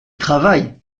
travaille